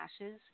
Ashes